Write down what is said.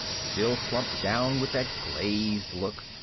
still slumped down with that glazed look.